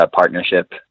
partnership